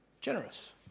generous